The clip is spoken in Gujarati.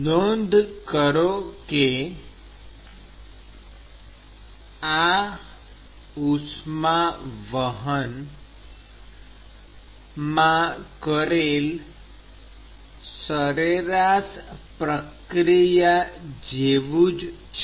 નોંધ કરો કે આ ઉષ્માવહન માં કરેલ સરેરાશ પ્રક્રિયા જેવું જ છે